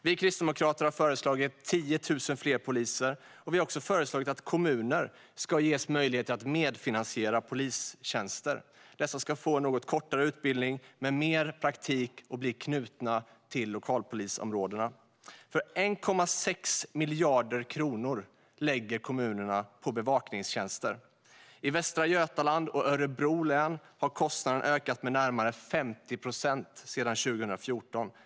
Vi kristdemokrater har föreslagit 10 000 fler poliser, och vi har också föreslagit att kommuner ska ges möjligheter att medfinansiera polistjänster. Dessa ska få en något kortare utbildning med mer praktik och knytas till lokalpolisområdena. 1,6 miljarder kronor lägger kommunerna på bevakningstjänster. I Västra Götaland och i Örebro län har kostnaderna ökat med närmare 50 procent sedan 2014.